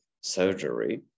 surgery